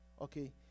okay